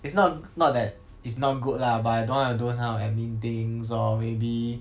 it's not not that it's not good lah but I don't wanna do those kind of admin things or maybe